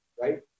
right